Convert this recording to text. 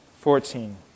Fourteen